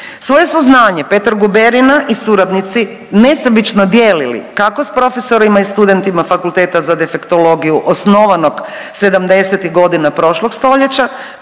Svoje su znanje Petar Guberina i suradnici nesebično dijelili kako s profesorima i studentima Fakulteta za defektologiju osnovanog '70.-tih godina prošlog stoljeća